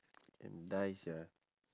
can die sia